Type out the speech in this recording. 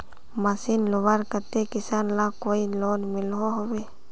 Machine लुबार केते किसान लाक कोई लोन मिलोहो होबे?